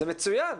זה מצוין,